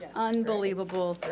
ah unbelievable.